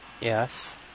Yes